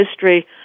history